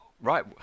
right